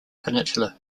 peninsula